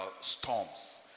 storms